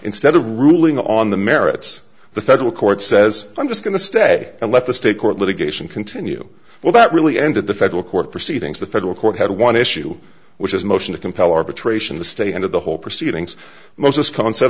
instead of ruling on the merits the federal court says i'm just going to stay and let the state court litigation continue well that really ended the federal court proceedings the federal court had one issue which is motion to compel arbitration the state end of the whole proceedings mos